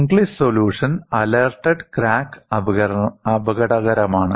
Inglis solution alerted crack അപകടകരമാണ്